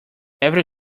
every